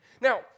Now